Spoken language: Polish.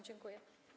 Dziękuję.